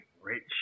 rich